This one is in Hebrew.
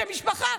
כשמשפחה,